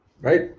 Right